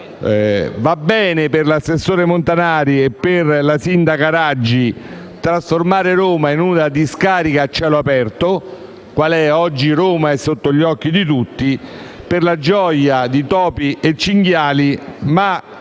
Va bene per l'assessore Montanari e per la sindaca Raggi trasformare la città in una discarica a cielo aperto, quale è oggi Roma - è sotto gli occhi di tutti - per la gioia di topi e cinghiali, ma